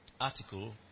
article